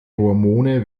hormone